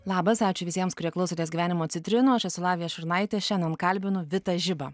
labas ačiū visiems kurie klausotės gyvenimo citrinų aš esu lavija šurnaitė šiandien kalbinu vitą žibą